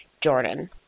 Jordan